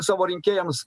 savo rinkėjams